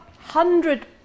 hundred